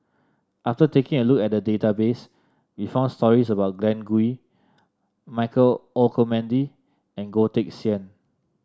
after taking a look at the database we found stories about Glen Goei Michael Olcomendy and Goh Teck Sian